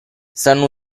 sanno